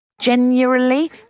genuinely